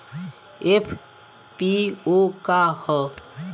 FPO का ह?